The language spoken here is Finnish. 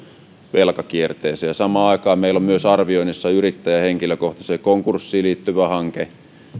velkakierteeseen samaan aikaan meillä on arvioinnissa myös yrittäjän henkilökohtaiseen konkurssiin liittyvä hanke